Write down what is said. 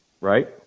right